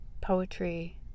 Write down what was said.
poetry